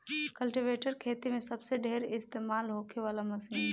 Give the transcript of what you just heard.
cultivator खेती मे सबसे ढेर इस्तमाल होखे वाला मशीन बा